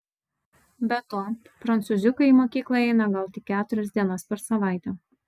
be to prancūziukai į mokyklą eina gal tik keturias dienas per savaitę